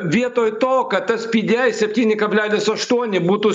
vietoj to kad tas pda septyni kablelis aštuoni būtų